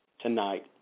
tonight